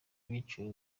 biciwe